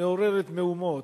מעוררת מהומות.